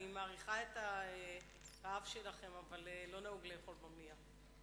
אני מעריכה את הרעב שלכם אבל לא נהוג לאכול במליאה.